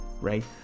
right